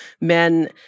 men